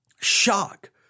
shock